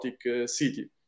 city